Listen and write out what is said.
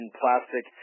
plastic